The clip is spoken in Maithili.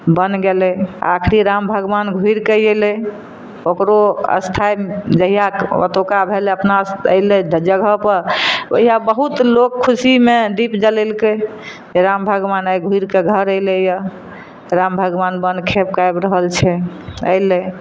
बन गेलै आखरी राम भगबान घुरिके एलै ओकरो स्थाइ जहिआ ओतुका भेलै अपना से अइलै जगह पर ओहिया बहुत लोक खुशीमे दीप जलेलकै राम भगबान आइ घुरिके घर एलैए राम भगबान बन खेपके आबि रहल छै अइलै